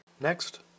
Next